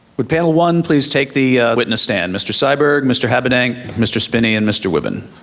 would panel one please take the witness stand. mr. syberg, mr. habedank, mr. spinney, and mr. wibben.